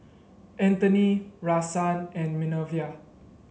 Antony Rahsaan and Minervia